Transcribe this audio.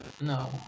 No